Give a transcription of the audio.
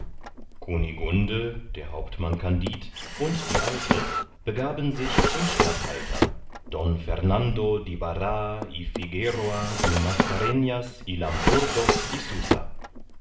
kunigunde der hauptmann kandid und die alte begaben sich zum statthalter don fernando